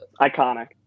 iconic